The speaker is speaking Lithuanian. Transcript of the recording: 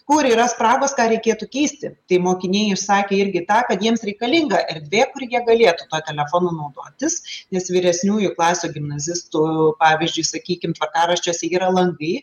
kur yra spragos ką reikėtų keisti tai mokiniai išsakė irgi tą kad jiems reikalinga erdvė kur jie galėtų tuo telefonu naudotis nes vyresniųjų klasių gimnazistų pavyzdžiui sakykim tvarkaraščiuose yra langai